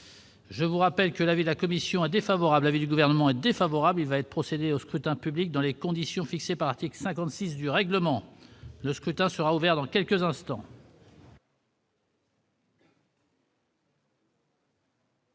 Je vous rappelle que l'avis de la commission a défavorable à vie du gouvernement est défavorable, il va être procédé au scrutin public dans les conditions fixées par article 56 du règlement, le scrutin sera ouvert dans quelques instants.